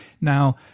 Now